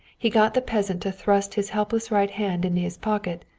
he got the peasant to thrust his helpless right hand into his pocket,